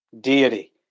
deity